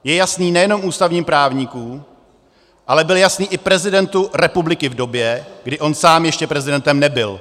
Je jasný nejenom ústavním právníkům, ale byl jasný i prezidentu republiky v době, kdy on sám ještě prezidentem nebyl.